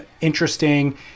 interesting